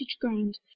ground